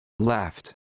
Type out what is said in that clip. left